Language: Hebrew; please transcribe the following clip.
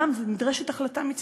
נדרשת החלטה גם מצדך,